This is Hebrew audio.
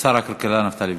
שר הכלכלה נפתלי בנט.